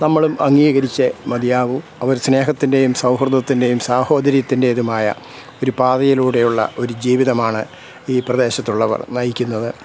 നമ്മളും അംഗീകരിച്ചേ മതിയാവൂ അവർ സ്നേഹത്തിൻ്റേയും സൗഹൃദത്തിൻ്റേയും സഹോദര്യത്തിൻ്റേതുമായ ഒരു പാതയിലൂടെയുള്ള ഒരു ജീവിതമാണ് ഈ പ്രദേശത്തുള്ളവർ നയിക്കുന്നത്